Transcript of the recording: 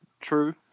true